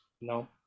No